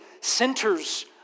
centers